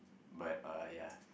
but uh ya